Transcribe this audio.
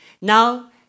Now